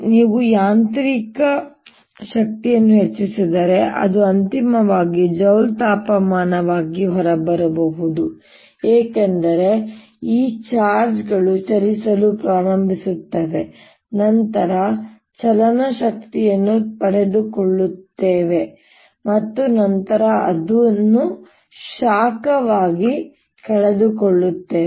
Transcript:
ನೀವು ಯಾಂತ್ರಿಕ ಶಕ್ತಿಯನ್ನು ಹೆಚ್ಚಿಸಿದರೆ ಅದು ಅಂತಿಮವಾಗಿ ಜೌಲ್ ತಾಪನವಾಗಿ ಹೊರಬರಬಹುದು ಏಕೆಂದರೆ ಈ ಚಾರ್ಜ್ ಗಳು ಚಲಿಸಲು ಪ್ರಾರಂಭಿಸುತ್ತವೆ ನಂತರ ಚಲನ ಶಕ್ತಿಯನ್ನು ಪಡೆದುಕೊಳ್ಳುತ್ತವೆ ಮತ್ತು ನಂತರ ಅದನ್ನು ಶಾಖವಾಗಿ ಕಳೆದುಕೊಳ್ಳುತ್ತವೆ